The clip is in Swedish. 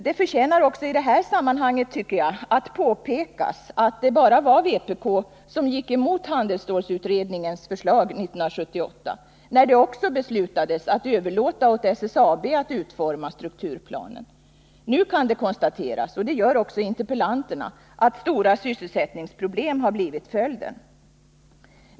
Det förtjänar i det här sammanhanget också att påpekas att det bara var vpk som gick emot handelsstålsutredningens förslag 1978, när det också beslutades att överlåta åt SSAB att utforma strukturplanen. Nu kan det konstateras — och det gör också interpellanterna — att stora sysselsättningsproblem blivit följden.